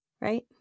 right